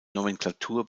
nomenklatur